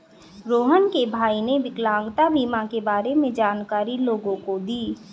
रोहण के भाई ने विकलांगता बीमा के बारे में जानकारी लोगों को दी